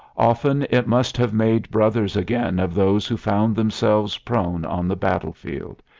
often it must have made brothers again of those who found themselves prone on the battlefield,